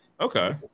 Okay